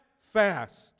fast